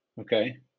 Okay